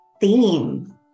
theme